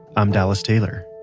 i'm dallas taylor